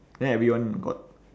then everyone got